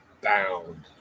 bound